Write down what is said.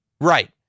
Right